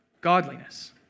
Godliness